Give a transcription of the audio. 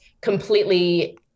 completely